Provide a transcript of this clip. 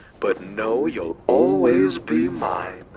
but know you'll always be mine.